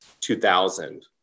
2000